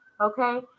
okay